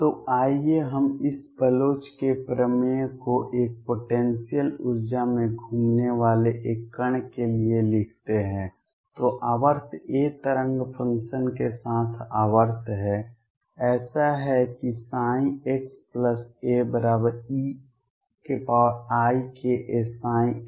तो आइए हम इस बलोच के प्रमेय को एक पोटेंसियल ऊर्जा में घूमने वाले एक कण के लिए लिखते हैं जो आवर्त a तरंग फंक्शन के साथ आवर्त है ऐसा है कि xaeikaψ